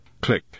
click